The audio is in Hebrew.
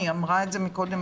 ח"כ ח'טיב אמרה את זה מקודם,